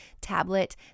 tablet